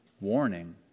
warning